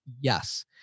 Yes